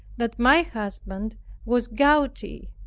that my husband was gouty.